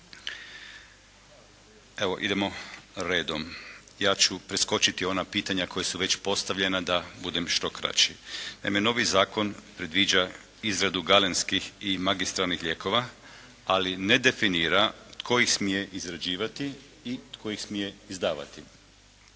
Evo idemo redom. Ja ću preskočiti ona pitanja koja su već postavljena da budem što kraći. Naime novi zakon predviđa izradu galenskih i magistralnih lijekova ali ne definira tko ih smije izrađivati i tko ih smije izdavati.